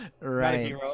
right